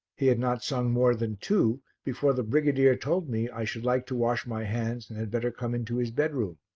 he had not sung more than two before the brigadier told me i should like to wash my hands and had better come into his bedroom.